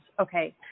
Okay